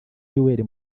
yoweri